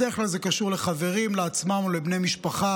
בדרך כלל זה קשור לחברים, לעצמם או לבני משפחה,